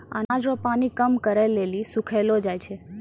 अनाज रो पानी कम करै लेली सुखैलो जाय छै